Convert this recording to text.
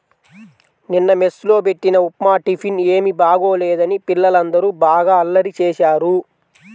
నిన్న మెస్ లో బెట్టిన ఉప్మా టిఫిన్ ఏమీ బాగోలేదని పిల్లలందరూ బాగా అల్లరి చేశారు